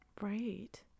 Right